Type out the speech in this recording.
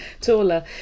taller